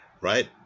right